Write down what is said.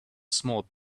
small